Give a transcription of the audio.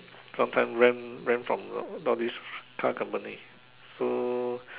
sometimes rent rent from this car company so